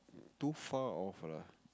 too far off lah